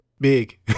big